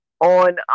on